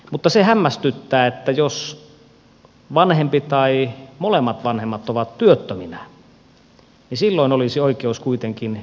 mutta se hämmästyttää että jos vanhempi tai molemmat vanhemmat ovat työttöminä niin silloin olisi oikeus kuitenkin kokopäivähoitoon